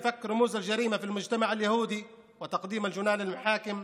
לפענח את הפשעים ולמסור את הפושעים לשופט,